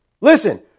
Listen